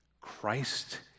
Christ